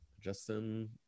Justin